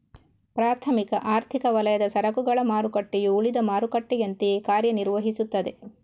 ಪ್ರಾಥಮಿಕ ಆರ್ಥಿಕ ವಲಯದ ಸರಕುಗಳ ಮಾರುಕಟ್ಟೆಯು ಉಳಿದ ಮಾರುಕಟ್ಟೆಯಂತೆಯೇ ಕಾರ್ಯ ನಿರ್ವಹಿಸ್ತದೆ